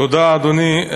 תודה, אדוני.